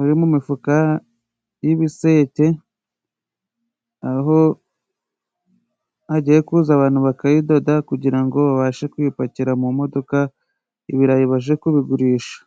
uri mumifuka y'ibisete, aho hagiye kuza abantu bakayidoda kugirango babashe kuyipakira mu modoka ,ibirayi baje kubigurisha.